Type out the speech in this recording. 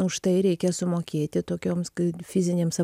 už tai reikia sumokėti tokioms ka fizinėms